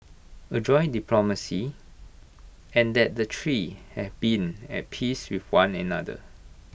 adroit diplomacy and that the three have been at peace with one another